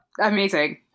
Amazing